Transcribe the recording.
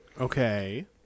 Okay